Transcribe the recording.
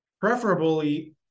preferably